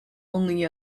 only